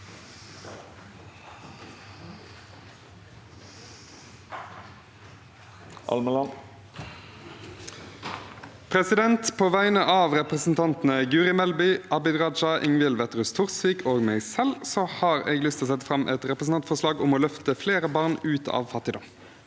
På vegne av re- presentantene Guri Melby, Abid Raja, Ingvild Wetrhus Thorsvik og meg selv har jeg lyst til å sette fram et representantforslag om å løfte flere barn ut av fattigdom.